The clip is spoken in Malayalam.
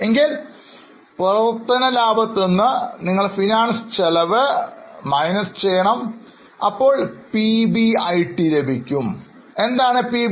എങ്കിൽ പ്രവർത്തന ലാഭത്തിൽ നിന്ന് നിങ്ങൾ ഫൈനാൻസ് ചെലവ് കുറയ്ക്കുക അപ്പോൾ PBIT